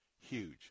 huge